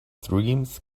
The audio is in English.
dreams